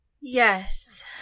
Yes